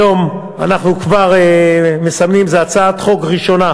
היום אנחנו כבר מסמנים, זאת הצעת החוק הראשונה